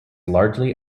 largely